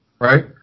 right